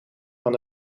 van